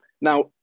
now